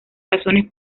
razones